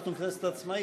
אנחנו כנסת עצמאית.